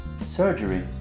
surgery